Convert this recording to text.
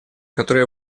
которая